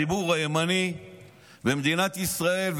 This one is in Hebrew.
אני מבין שהציבור הימני במדינת ישראל,